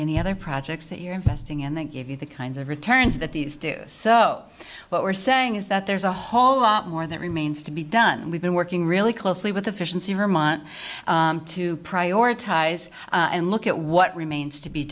any other projects that you're investing in that gave you the kinds of returns that these do so what we're saying is that there's a whole lot more that remains to be done and we've been working really closely with the fish and see her mind to prioritize and look at what remains to be